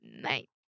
night